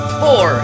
four